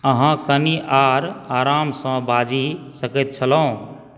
अहाँ कनी आर आरामसँ बाजि सकैत छलहुँ